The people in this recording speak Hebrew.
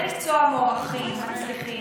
בעלי מקצוע מוערכים ומצליחים,